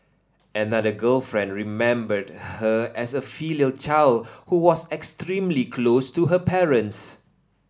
another girlfriend remembered her as a filial child who was extremely close to her parents